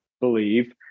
believe